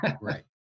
Right